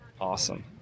awesome